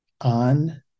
on